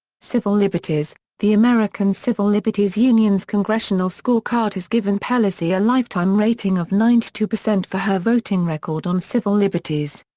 civil liberties the american civil liberties union's congressional scorecard has given pelosi a lifetime rating of ninety two percent for her voting record on civil liberties.